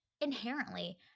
inherently